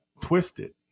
twisted